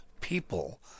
people